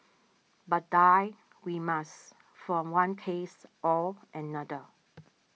but die we must from one case or another